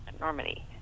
Normandy